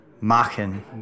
Machen